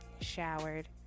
showered